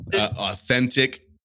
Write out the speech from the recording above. Authentic